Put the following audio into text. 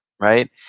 right